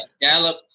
Gallup